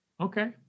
Okay